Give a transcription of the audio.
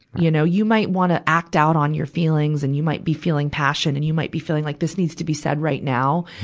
you know, you might wanna act out on your feelings, and you might be feeling passion, and you might be feeling like this needs to be said right now.